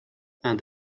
and